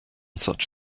such